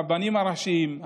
הרבנים הראשיים,